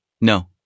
No